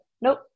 Nope